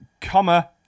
comma